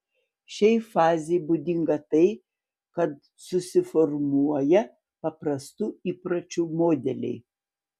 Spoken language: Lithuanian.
šiai fazei būdinga tai kad susiformuoja paprastų įpročių modeliai